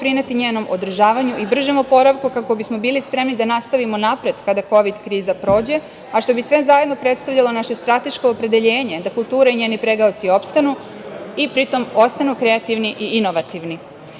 doprineti njenom održavanju u bržem oporavku, kako bismo bili spremni da nastavimo napred kada kovid kriza prođe, a što bi sve zajedno predstavljalo naše strateško opredeljenje da kultura i njenih pregaoci opstanu i pri tom ostanu kreativni i inovativni.S